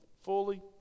Fully